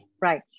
Right